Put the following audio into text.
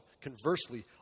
conversely